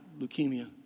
leukemia